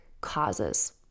causes